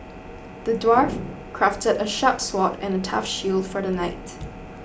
the dwarf crafted a sharp sword and a tough shield for the knight